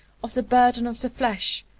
of the burden of the flesh,